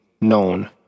known